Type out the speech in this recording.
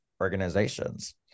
organizations